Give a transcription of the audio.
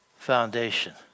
Foundation